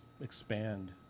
expand